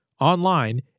Online